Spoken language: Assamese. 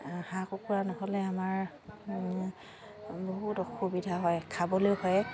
হাঁহ কুকুৰা নহ'লে আমাৰ বহুত অসুবিধা হয় খাবলে হয়